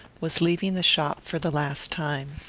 was leaving the shop for the last time.